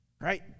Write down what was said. right